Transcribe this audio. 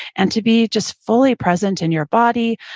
and to be just fully present in your body,